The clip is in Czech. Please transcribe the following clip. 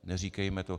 Neříkejme to.